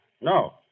No